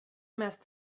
mest